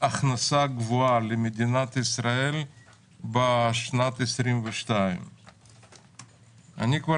הכנסה גבוהה למדינת ישראל בשנת 2022. אני כבר